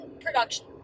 production